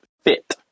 fit